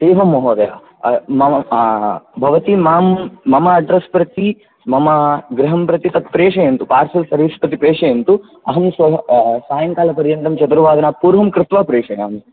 एवं महोदय मा भवती मां मम अड्रेस् प्रति मम गृहं प्रति तत् प्रेषयन्तु पार्सल् प्रति प्रेषयन्तु अहं सायङ्काल चतुर्वादनात् पूर्वं कृत्वा प्रेषयामि